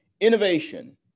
innovation